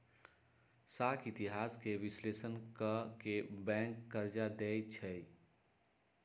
साख इतिहास के विश्लेषण क के बैंक कर्जा देँई छै